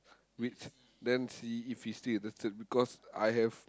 which then see if he still interested because I have